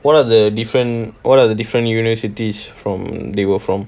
what are the different what are the different universities from they were from